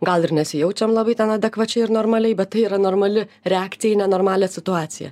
gal ir nesijaučiam labai ten adekvačiai ir normaliai bet tai yra normali reakcija į nenormalią situaciją